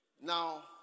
Now